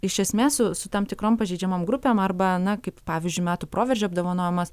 iš esmės su su tam tikrom pažeidžiamom grupėm arba na kaip pavyzdžiui metų proveržio apdovanojimas